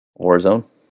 warzone